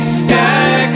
sky